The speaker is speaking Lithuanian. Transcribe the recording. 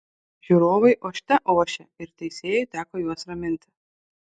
žiūrovai ošte ošė ir teisėjui teko juos raminti